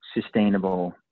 sustainable